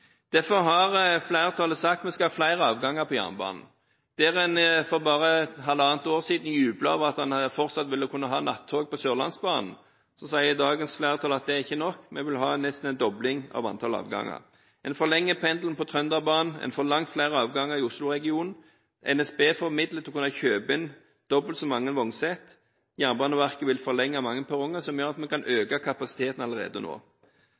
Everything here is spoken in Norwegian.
Derfor har flertallet sagt vi skal ha flere avganger på jernbanen. Mens en for bare halvannet år siden jublet over at en fortsatt kunne ha nattog på Sørlandsbanen, sier dagens flertall at det ikke er nok, vi vil ha nesten en dobling av antall avganger. En forlenger pendelen på Trønderbanen. En får langt flere avganger i Osloregionen. NSB får midler til å kunne kjøpe inn dobbelt så mange vognsett. Jernbaneverket vil forlenge mange perronger, som gjør at vi kan øke kapasiteten allerede nå.